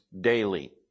daily